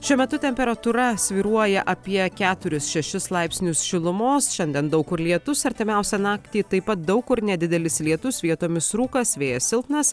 šiuo metu temperatūra svyruoja apie keturis šešis laipsnius šilumos šiandien daug kur lietus artimiausią naktį taip pat daug kur nedidelis lietus vietomis rūkas vėjas silpnas